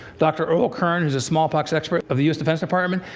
dr. earl kern, who's a smallpox expert of the u s. defense department,